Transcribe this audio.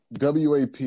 wap